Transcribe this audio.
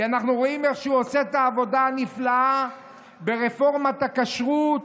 אנחנו רואים איך הוא עושה את העבודה הנפלאה ברפורמת הכשרות.